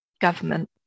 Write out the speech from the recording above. government